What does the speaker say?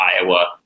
Iowa